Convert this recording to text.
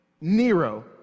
Nero